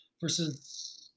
versus